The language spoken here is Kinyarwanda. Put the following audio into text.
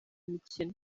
mikino